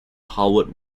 howard